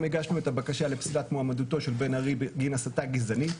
הגשנו את הבקשה לפסילת מועמדותו של בן ארי בגין הסתה גזענית.